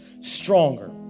stronger